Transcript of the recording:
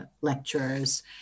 lecturers